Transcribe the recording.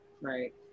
Right